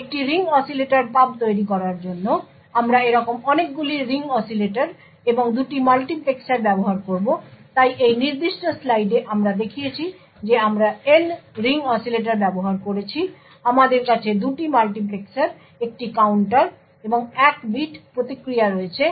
এবং একটি ring oscillator পাব তৈরি করার জন্য আমরা এরকম অনেকগুলি রিং অসিলেটর এবং 2টি মাল্টিপ্লেক্সার ব্যবহার করব তাই এই নির্দিষ্ট স্লাইডে আমরা দেখিয়েছি যে আমরা N রিং অসিলেটর ব্যবহার করেছি আমাদের কাছে 2টি মাল্টিপ্লেক্সার একটি কাউন্টার এবং 1 বিট প্রতিক্রিয়া রয়েছে